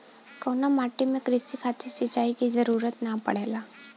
कउना माटी में क़ृषि खातिर सिंचाई क जरूरत ना पड़ेला?